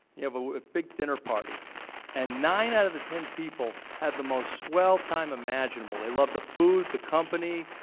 you have a big dinner party and nine out of the ten people have the most swell time imaginable. they love the food, the company,